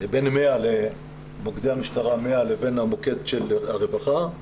100 לבין המוקד של הרווחה